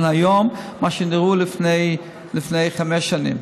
היום לעומת איך שנראו לפני חמש שנים.